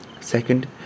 Second